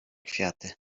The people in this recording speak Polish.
kwiaty